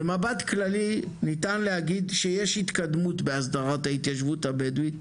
במבט כללי ניתן להגיד שיש התקדמות בהסדרת ההתיישבות הבדואית,